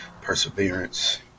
perseverance